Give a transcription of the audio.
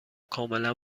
کاملا